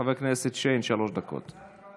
חבר הכנסת שיין, שלוש דקות.